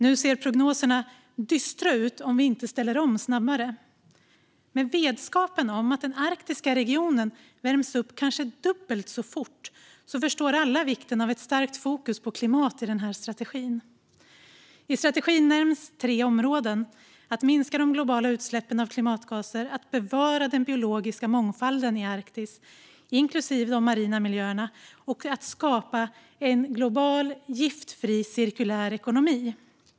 Nu ser prognoserna dystra ut om vi inte ställer om snabbare. Med vetskapen om att den arktiska regionen värms upp kanske dubbelt så fort förstår alla vikten av ett starkt fokus på klimat i den här strategin. I strategin nämns tre områden: att minska de globala utsläppen av klimatgaser, att bevara den biologiska mångfalden i Arktis, inklusive de marina miljöerna, och att skapa en global giftfri cirkulär ekonomi.